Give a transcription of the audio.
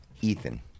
Ethan